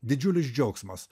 didžiulis džiaugsmas